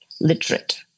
literate